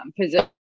position